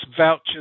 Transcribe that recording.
vouchers